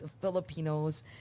Filipinos